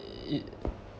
it